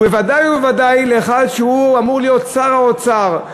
ובוודאי ובוודאי מאחד שאמור להיות שר האוצר,